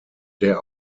der